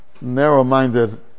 narrow-minded